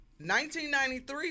1993